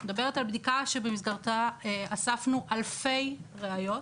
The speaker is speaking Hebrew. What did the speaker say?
אני מדברת על בדיקה שבמסגרתה אספנו אלפי ראיות.